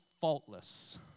faultless